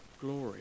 glory